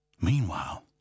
Meanwhile